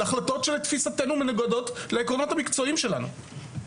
נאלצו לקבל החלטות שלתפיסתנו מנוגדות לעקרונות המקצועיים שלנו.